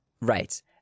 Right